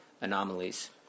Anomalies